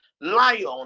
lion